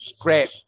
Great